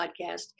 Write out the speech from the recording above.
podcast